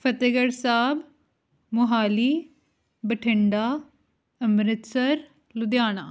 Fatehgarh Sahib Mohali Bathinda Amritsar Ludhiana